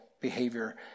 behavior